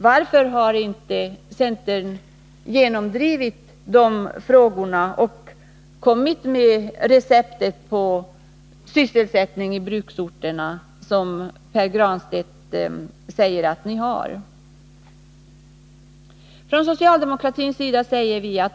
Varför har inte centern där framlagt det recept för sysselsättning i bruksorterna som Pär Granstedt säger att ni har och genomdrivit det?